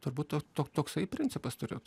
turbūt to to toksai principas turėtų